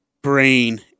brain